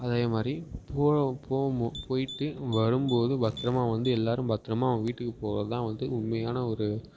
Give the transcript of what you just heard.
அதேமாதிரி போ போம்போது போய்ட்டு வரும்போது பத்திரமா வந்து எல்லோரும் பத்திரமா அவங்க வீட்டுக்கு போகிறதுதான் வந்து உண்மையான ஒரு